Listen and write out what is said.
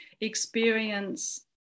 experience